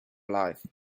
life